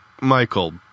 Michael